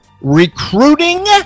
Recruiting